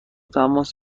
تماس